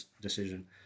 decision